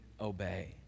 obey